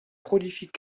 prolifique